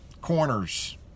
corners